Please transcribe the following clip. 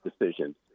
decisions